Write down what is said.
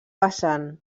vessant